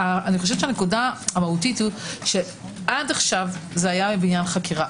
הנקודה המהותית היא שעד כה זה היה בעניין חקירה.